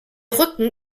rücken